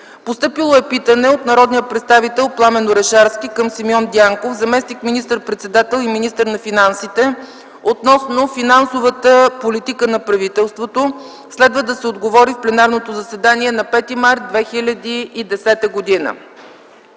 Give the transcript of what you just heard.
март 2010 г. Питане от народния представител Пламен Василев Орешарски към Симеон Дянков, заместник министър-председател и министър на финансите, относно финансовата политика на правителството. Следва да се отговори в пленарното заседание на 5 март 2010 г.